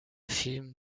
film